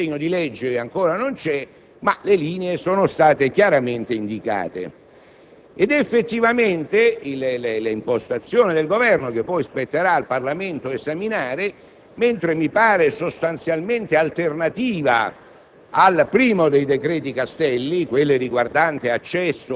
(se questa verrà approvata dal Parlamento). Naturalmente, il disegno di legge ancora non c'è, ma le linee sono state chiaramente indicate. Ed effettivamente l'impostazione del Governo, che poi spetterà al Parlamento esaminare, mentre mi pare sostanzialmente alternativa